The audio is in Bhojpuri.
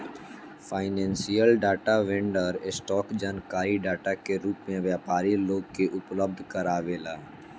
फाइनेंशियल डाटा वेंडर, स्टॉक जानकारी डाटा के रूप में व्यापारी लोग के उपलब्ध कारावेला